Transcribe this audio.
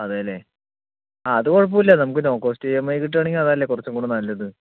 അതെ അല്ലെ ആ അത് കുഴപ്പമില്ല നമുക്ക് no cost E M I കിട്ടുവാണെങ്കിൽ അതല്ലേ കുറച്ചും കൂടി നല്ലത്